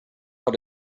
how